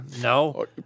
No